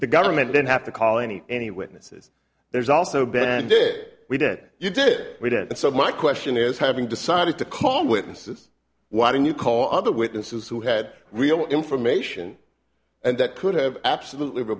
the government didn't have to call any any witnesses there's also ben did we did you did we didn't and so my question is having decided to call witnesses why don't you call other witnesses who had real information and that could have absolutely